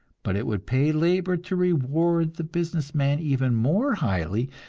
but it would pay labor to reward the business man even more highly,